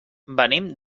venim